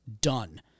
done